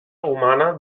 humana